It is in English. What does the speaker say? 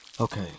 Okay